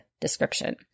description